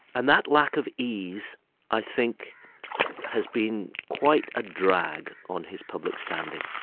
and that lack of ease i think has been quite a drag on his public standing.